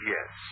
Yes